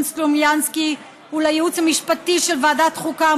סלומינסקי ולייעוץ המשפטי של ועדת החוקה,